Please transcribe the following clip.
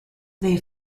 they